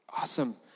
awesome